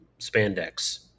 spandex